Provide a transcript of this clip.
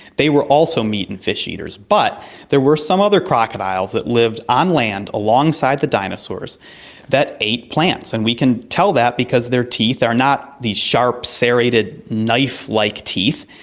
they were also meat and fish eaters, but there were some other crocodiles that lived on land alongside the dinosaurs that ate plants, and we can tell that because their teeth are not these sharp serrated knife-like teeth,